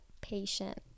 patient